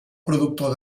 productor